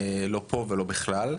לא פה ולא בכלל,